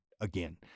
again